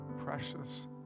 precious